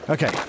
Okay